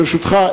ברשותך,